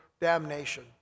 damnation